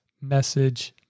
message